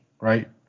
right